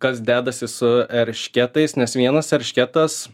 kas dedasi su eršketais nes vienas eršketas